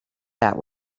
that